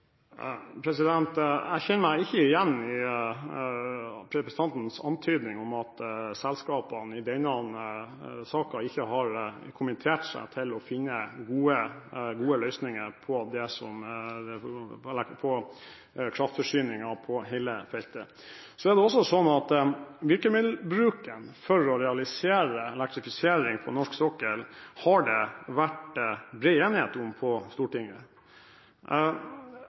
Jeg kjenner meg ikke igjen i representantens antydning om at selskapene i denne saken ikke har kommittert seg til å finne gode løsninger på kraftforsyningen på hele feltet. Så har det også vært bred enighet i Stortinget om virkemiddelbruken for å realisere elektrifisering på norsk sokkel. Stortinget har ikke vedtatt, som det blir hevdet her, at Utsirahøyden skal ha kraft fra land. Det Stortinget